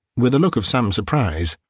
with a look of some surprise.